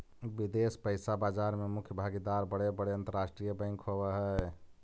विदेश पइसा बाजार में मुख्य भागीदार बड़े बड़े अंतरराष्ट्रीय बैंक होवऽ हई